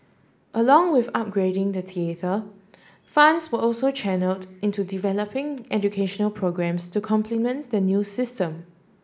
along with upgrading the theatre funds were also channelled into developing educational programmes to complement the new system